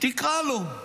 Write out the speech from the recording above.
קרא לו.